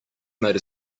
made